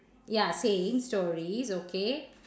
ya same stories okay